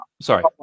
sorry